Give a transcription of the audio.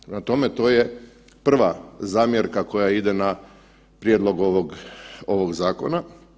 Prema tome, to je prva zamjerka koja ide na prijedlog ovog, ovog zakona.